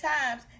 times